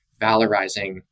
valorizing